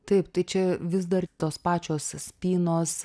taip tai čia vis dar tos pačios spynos